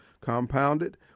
compounded